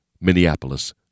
Minneapolis